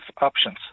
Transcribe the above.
options